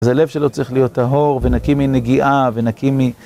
אז הלב שלו צריך להיות טהור, ונקי מנגיעה, ונקי מ...